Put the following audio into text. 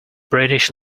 british